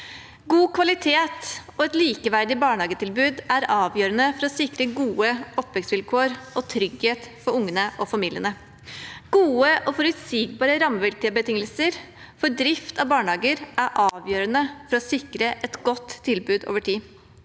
God kvalitet og et likeverdig barnehagetilbud er avgjørende for å sikre gode oppvekstsvilkår og trygghet for ungene og familiene. Gode og forutsigbare rammebetingelser for drift av barnehager er avgjørende for å sikre et godt tilbud over tid.